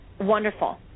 wonderful